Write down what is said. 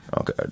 Okay